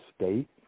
state